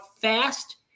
fast